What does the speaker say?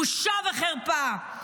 בושה וחרפה.